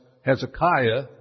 Hezekiah